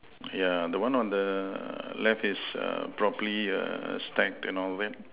yeah the one on the left is err properly err stacked and all that